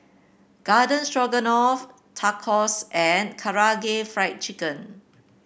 Garden Stroganoff Tacos and Karaage Fried Chicken